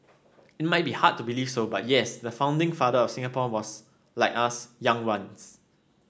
it might be hard to believe so but yes the founding father of Singapore was like us young once